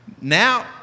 now